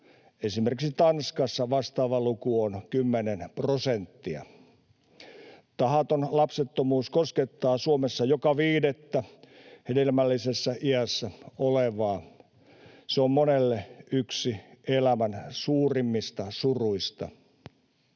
esimerkiksi Tanskassa vastaava luku on 10 prosenttia. Tahaton lapsettomuus koskettaa Suomessa joka viidettä hedelmällisessä iässä olevaa. Se on monelle yksi elämän suurimmista suruista.